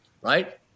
right